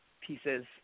pieces